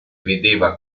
vedeva